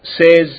says